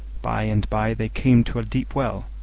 by and by they came to a deep well,